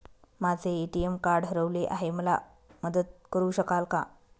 माझे ATM card हरवले आहे, मला मदत करु शकाल का?